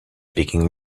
speaking